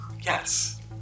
Yes